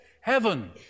heaven